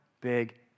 big